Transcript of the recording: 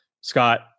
Scott